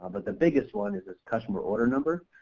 but the biggest one is this customer order number.